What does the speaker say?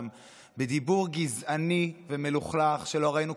בדיבור גזעני ומלוכלך שלא ראינו כבר שנים